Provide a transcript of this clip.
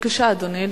בבקשה, אדוני.